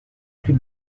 plus